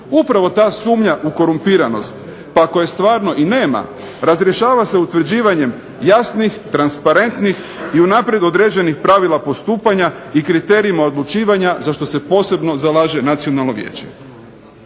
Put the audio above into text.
Upravo ta sumnja u korumpiranost, pa ako je stvarno i nema razrješava se utvrđivanjem jasnih, transparentnih i unaprijed određenih pravila postupanja i kriterijima odlučivanja za što se posebno zalaže Nacionalno vijeće.